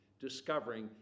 discovering